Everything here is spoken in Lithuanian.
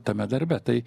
tame darbe tai